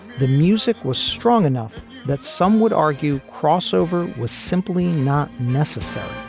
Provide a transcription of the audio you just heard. the music was strong enough that some would argue crossover was simply not necessary.